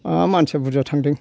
मानसिया बुर्जा थांदों